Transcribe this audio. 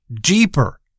deeper